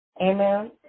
Amen